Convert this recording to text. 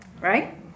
right